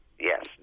Yes